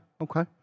okay